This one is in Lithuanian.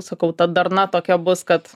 sakau ta darna tokia bus kad